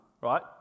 right